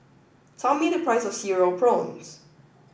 tell me the price of Cereal Prawns